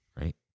right